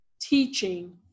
teaching